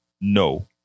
no